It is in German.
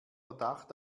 verdacht